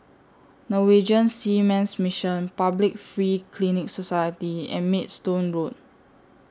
Norwegian Seamen's Mission Public Free Clinic Society and Maidstone Road